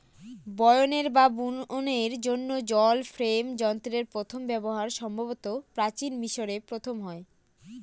বয়নের বা বুননের জন্য জল ফ্রেম যন্ত্রের প্রথম ব্যবহার সম্ভবত প্রাচীন মিশরে প্রথম হয়